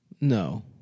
No